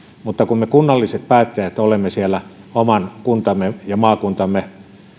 mutta kun me kunnalliset päättäjät olemme siellä oman kuntamme ja maakuntamme